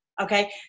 Okay